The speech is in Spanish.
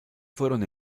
fueron